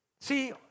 See